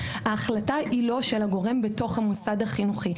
ההחלטה היא לא של הגורם בתוך המוסד החינוכי.